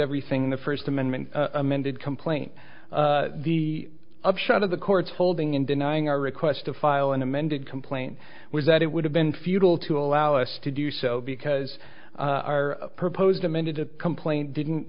everything the first amendment amended complaint the upshot of the court's holding in denying our request to file an amended complaint was that it would have been futile to allow us to do so because our proposed amended a complaint didn't